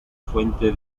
fuente